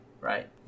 right